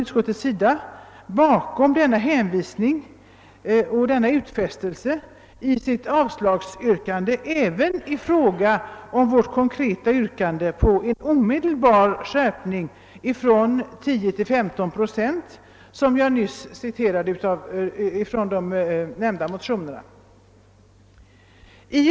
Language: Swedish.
Utskottet kryper bakom denna utfästelse i sitt avslagsyrkande även i sitt ställningstagande till vårt konkreta yrkande om en omedelbar skärpning av den skatteplik tiga realisationsvinstens andel av försäljningssumman från, som jag nyss nämnde, 10 procent till 15 procent.